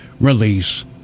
release